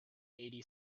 eighty